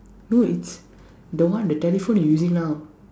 no it's the one the telephone they using now